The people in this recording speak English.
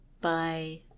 Bye